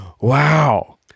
wow